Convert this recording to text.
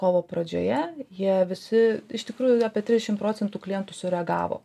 kovo pradžioje jie visi iš tikrųjų apie trisdešim procentų klientų sureagavo